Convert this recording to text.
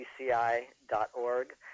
cci.org